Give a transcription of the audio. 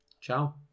ciao